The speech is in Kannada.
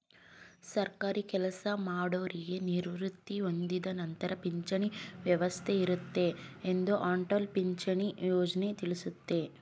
ಸರ್ಕಾರಿ ಕೆಲಸಮಾಡೌರಿಗೆ ನಿವೃತ್ತಿ ಹೊಂದಿದ ನಂತರ ಪಿಂಚಣಿ ವ್ಯವಸ್ಥೆ ಇರುತ್ತೆ ಎಂದು ಅಟಲ್ ಪಿಂಚಣಿ ಯೋಜ್ನ ತಿಳಿಸುತ್ತೆ